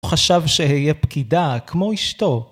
הוא חשב שאהיה פקידה, כמו אשתו.